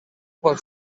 pot